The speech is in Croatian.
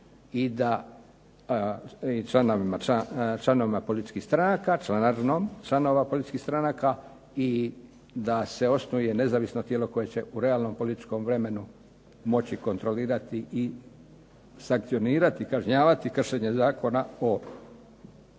i da se osnuje nezavisno tijelo koje će u realnom političkom vremenu moći kontrolirati i sankcionirati i kažnjavati kršenje Zakona o